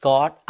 God